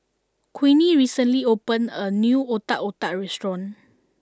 Queenie recently opened a new Otak Otak Restaurant